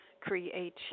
Create